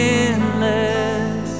endless